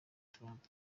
trump